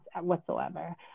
whatsoever